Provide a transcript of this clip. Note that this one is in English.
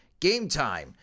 GameTime